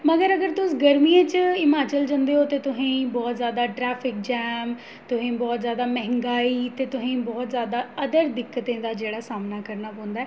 मगर अगर तुस गर्मियें च हिमाचल जंदे ओ ते तुसें ई बहुत ज़्यादा ट्रैफिक जॉम तुसें ई बहुत ज़्यादा मैंह्गाई ते तुसें ई बहुत ज़्यादा अदर दिक्कतें दा जेह्ड़ा सामना करना पौंदा ऐ